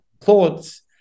thoughts